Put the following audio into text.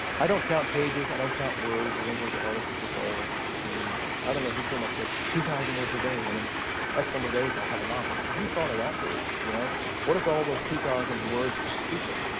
i don't count pages i don't count words. i think those are artificial goals. i mean i don't know who came up with, two thousand words a day, and in x number of days, i'll have a novel. who who thought of that rule? you know what if all of those two thousand words are stupid?